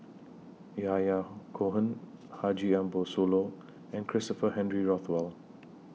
Yahya Cohen Haji Ambo Sooloh and Christopher Henry Rothwell